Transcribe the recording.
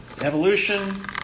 evolution